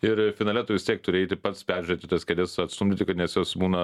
ir finale tu vis tiek turi eiti pats peržiūrėti tas kėdes atstumdyti kad nes jos būna